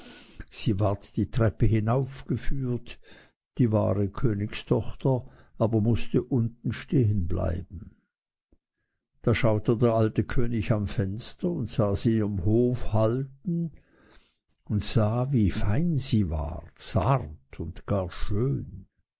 sie ward die treppe hinaufgeführt die wahre königstochter aber mußte unten stehen bleiben da schaute der alte könig am fenster und sah sie im hof halten und sah wie sie fein war zart und gar schön